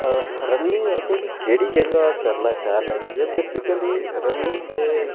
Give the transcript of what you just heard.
running असेंगी केह्ड़ी जगह करना शैल लगदी ऐ बेसीकली रनिंग ते